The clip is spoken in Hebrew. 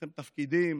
אתם בתפקידים